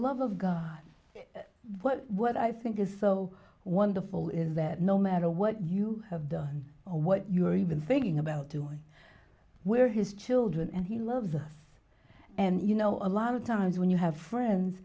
love of god but what i think is so wonderful is that no matter what you have done or what you are even thinking about doing we are his children and he loves us and you know a lot of times when you have friends